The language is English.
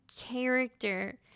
character